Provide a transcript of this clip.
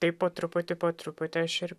taip po truputį po truputį aš ir